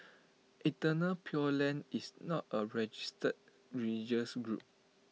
eternal pure land is not A registered religious group